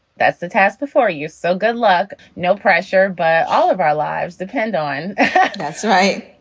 that's the task before you. so good luck. no pressure, but all of our lives depend on that's right.